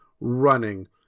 running